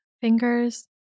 fingers